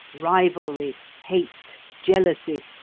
rivalry, hate, jealousy,